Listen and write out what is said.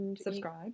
Subscribe